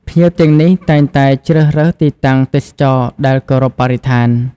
ភ្ញៀវទាំងនេះតែងតែជ្រើសរើសទីតាំងទេសចរណ៍ដែលគោរពបរិស្ថាន។